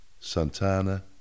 Santana